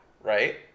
Right